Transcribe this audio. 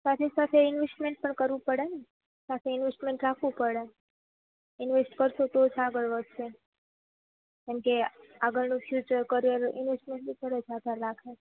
સાથેસાથે ઈન્વેસ્ટમેન્ટ પણ કરવું પડે ને સાથે ઈન્વેસ્ટમેન્ટ રાખવું પડે ઈન્વેસ્ટ કરશું તો જ આગળ વધશે કેમ કે આગળનું ફ્યુચર કરિયર ઈન્વેસ્ટમેન્ટ ઉપર જ આધાર રાખે છે